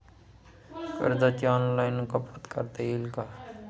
कर्जाची ऑनलाईन कपात करता येईल का?